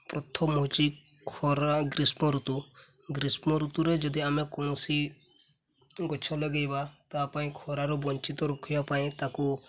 ପ୍ରଥମ ହେଉଛି ଖରା ଗ୍ରୀଷ୍ମ ଋତୁ ଗ୍ରୀଷ୍ମ ଋତୁରେ ଯଦି ଆମେ କୌଣସି ଗଛ ଲଗାଇବା ତା ପାଇଁ ଖରାରୁ ବଞ୍ଚିତ ରଖିବା ପାଇଁ ତାକୁ